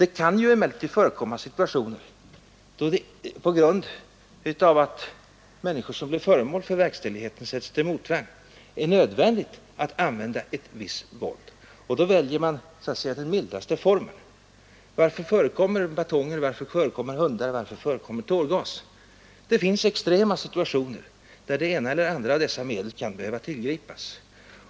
Det kan emellertid förekomma situationer, då det är nödvändigt att använda visst våld därför att människor som blir föremål för verkställighet sätter sig till motvärn. Då väljer man den mildaste formen av våld. Varför förekommer batonger, hundar och tårgas? Det finns extrema situationer där det ena eller andra av dessa medel kan behöva tillgripas.